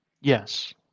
Yes